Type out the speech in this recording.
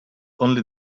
only